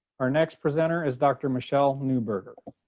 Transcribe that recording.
our next presenter is dr. michele neuburger.